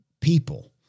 people